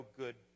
good